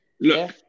Look